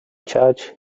church